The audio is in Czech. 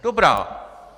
Dobrá.